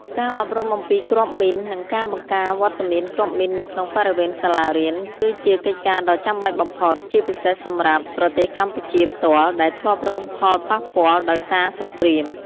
ការអប់រំអំពីគ្រាប់មីន និងការបង្ការវត្តមានគ្រាប់មីននៅក្នុងបរិវេណសាលារៀន គឺជាកិច្ចការដ៏ចាំបាច់បំផុត ជាពិសេសសម្រាប់ប្រទេសកម្ពុជាផ្ទាល់ដែលធ្លាប់រងផលប៉ះពាល់ដោយសារសង្គ្រាម។